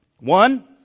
One